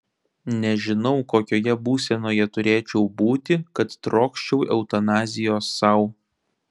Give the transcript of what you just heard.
nežinau kokioje būsenoje turėčiau būti kad trokščiau eutanazijos sau